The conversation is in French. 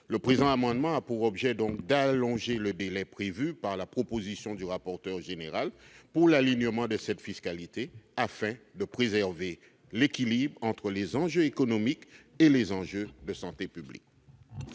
Le présent amendement a pour objet d'allonger le délai prévu dans l'article tel qu'il est proposé par le rapporteur général pour l'alignement de cette fiscalité afin de préserver l'équilibre entre les enjeux économiques et les enjeux de santé publique.